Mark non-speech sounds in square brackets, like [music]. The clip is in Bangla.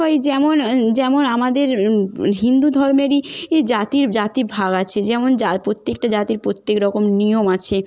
ওই যেমন যেমন আমাদের হিন্দু ধর্মেরই [unintelligible] জাতির জাতি ভাগ আছে যেমন [unintelligible] প্রত্যেকটা জাতির প্রত্যেক রকম নিয়ম আছে